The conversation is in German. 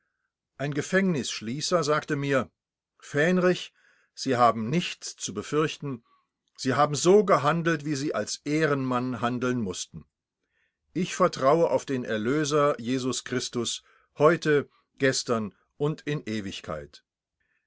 ein gefängnisschließer sagte mir fähnrich sie haben nichts zu befürchten sie haben so gehandelt wie sie als ehrenmann handeln mußten ich vertraue auf den erlöser jesus christus heute gestern und in ewigkeit